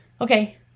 Okay